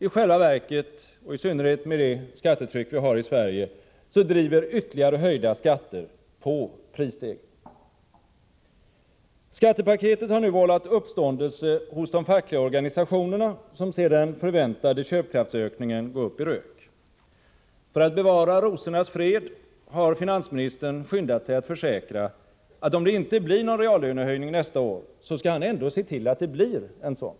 I själva verket — och i synnerhet med det skattetryck vi har i Sverige — driver ytterligare höjda skatter på prisstegringarna. Skattepaketet har nu vållat uppståndelse hos de fackliga organisationerna, som ser den förväntade köpkraftsökningen gå upp i rök. För att bevara rosornas fred har finansministern skyndat sig att försäkra, att om det inte blir någon reallönehöjning nästa år, så skall han ändå se till att det blir en sådan!